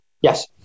Yes